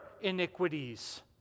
iniquities